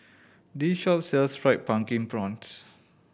this shop sells Fried Pumpkin Prawns